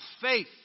faith